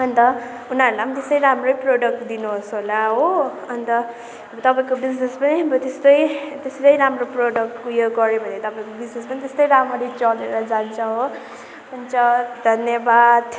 अन्त उनीहरूलाई पनि त्यस्तै राम्रै प्रोडक्ट दिनुहोस् होला हो अन्त तपाईँको बिजिनेस पनि अब त्यस्तै त्यस्तै राम्रो प्रोडक्ट उयो गऱ्यो भने तपाईँको बिजिनेस पनि त्यस्तै राम्ररी चलेर जान्छ हो हुन्छ धन्यवाद